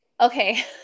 Okay